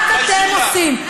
רק אתם עושים.